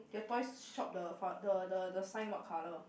your toys shop the f~ the the the sign what colour